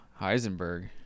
Heisenberg